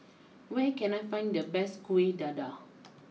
where can I find the best Kueh Dadar